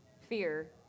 fear